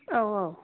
औ औ